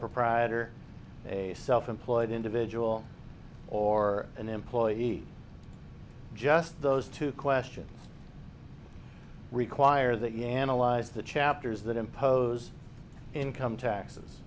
proprietor a self employed individual or an employee just those two questions require that you analyze the chapters that impose income taxes